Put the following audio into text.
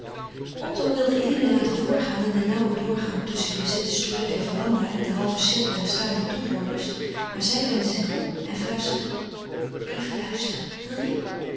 otto wilde eline laten voorgaan in den nauwen doorgang tusschen de bezette stoelen der verandah en den halven cirkel der staande toehoorders maar zij wendde zich om en fluisterde even luisteren wil je